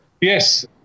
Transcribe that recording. Yes